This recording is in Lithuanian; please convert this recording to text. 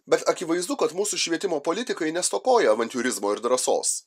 bet akivaizdu kad mūsų švietimo politikai nestokoja avantiūrizmo ir drąsos